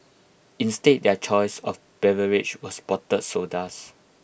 instead their choice of beverage was bottled sodas